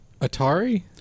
atari